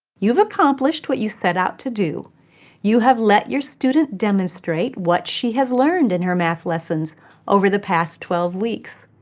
you have accomplished what you set out to do you have let your student demonstrate what she has learned in her math lessons over the past twelve weeks.